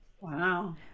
wow